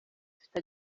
ufite